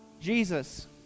Jesus